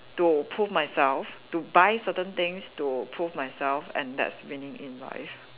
to approve myself to buy certain things to prove myself and that's winning in life